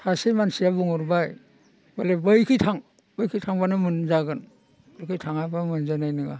सासे मानसिया बुंहरबाय होनबालाय बैखि थां बैखि थांबानो मोनजागोन बैखि थाङाबा मोनजानाय नङा